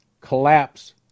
collapse